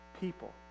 people